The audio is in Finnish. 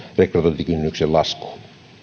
rekrytointikynnyksen laskuun